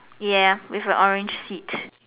ya with her orange feet